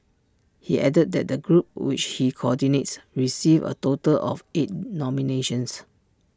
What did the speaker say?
he added that the group which he coordinates received A total of eight nominations